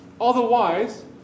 Otherwise